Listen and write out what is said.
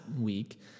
week